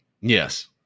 Yes